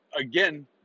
Again